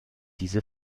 diese